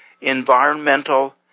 Environmental